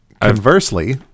Conversely